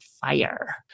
fire